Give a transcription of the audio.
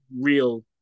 real